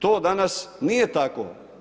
To danas nije tako.